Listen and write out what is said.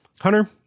Hunter